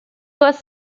was